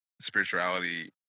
Spirituality